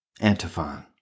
Antiphon